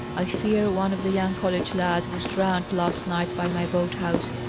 i fear one of the young college lads was drowned last night by my boat-house.